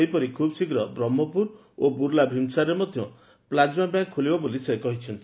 ସେହିପରି ଖୁବ୍ ଶୀଘ୍ର ବ୍ରହ୍କପୁର ଓ ବୁଲା ଭୀମସାରରେ ମଧ୍ଯ ପ୍ଲାଜମା ବ୍ୟାଙ୍କ ଖୋଲିବ ବୋଲି ସେ କହିଛନ୍ତି